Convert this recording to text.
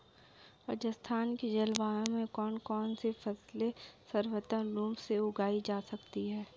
राजस्थान की जलवायु में कौन कौनसी फसलें सर्वोत्तम रूप से उगाई जा सकती हैं?